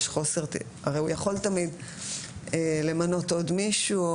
הרי הוא יכול תמיד למנות עוד מישהו.